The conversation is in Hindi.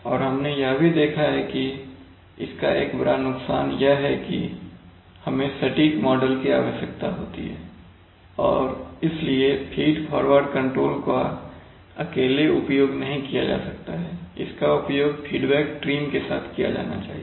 और हमने यह भी देखा है कि इसका एक बड़ा नुकसान यह है कि हमें सटीक मॉडल की आवश्यकता होती है और इसलिए फ़ीडफॉरवर्ड कंट्रोल को अकेले उपयोग नहीं किया जा सकता है इसका उपयोग फीडबैक ट्रिम के साथ किया जाना चाहिए